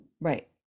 Right